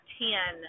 ten